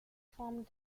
formed